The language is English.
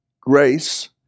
grace